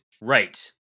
Right